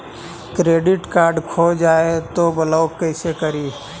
Credit card खो जाए तो ब्लॉक कैसे करी?